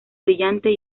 brillante